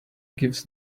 gives